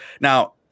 Now